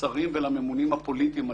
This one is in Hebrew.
לשרים ולממונים הפוליטיים עליהם.